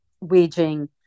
waging